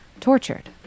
tortured